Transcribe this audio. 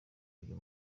uyu